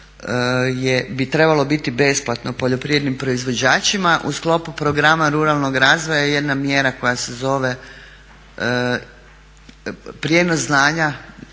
bi trebalo biti besplatno poljoprivrednim proizvođačima u sklopu programa ruralnog razvoja je jedna mjera koja se zove prijenos znanja